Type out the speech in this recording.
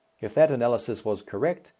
if that analysis was correct,